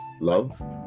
Love